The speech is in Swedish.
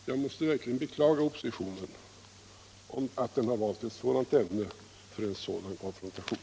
Jag måste verkligen beklaga oppositionen, om den väljer ett sådant ämne för konfrontation.